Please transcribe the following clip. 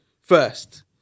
first